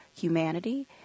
humanity